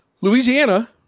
Louisiana